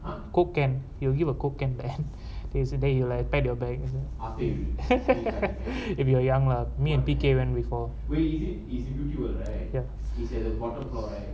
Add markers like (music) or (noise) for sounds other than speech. coke can he will give a coke can there then he will like pat your back and then (laughs) if you are young lah me and peekay went before